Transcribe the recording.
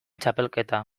txapelketa